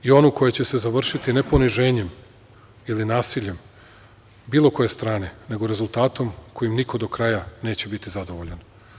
I onu koja će se završiti ne poniženjem ili nasiljem bilo koje strane, nego rezultatom kojim niko do kraja neće biti zadovoljan.